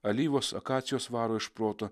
alyvos akacijos varo iš proto